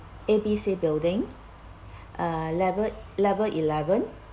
A B C building uh level level eleven